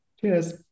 Cheers